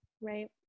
Right